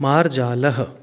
मार्जालः